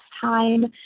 time